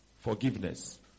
forgiveness